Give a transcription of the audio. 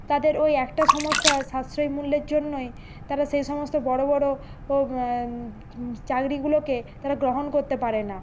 তাদের ওই একটা সমস্যা সাশ্রয়ী মূল্যের জন্যই তারা সেই সমস্ত বড়ো বড়ো ও চাকরিগুলোকে তারা গ্রহণ করতে পারে না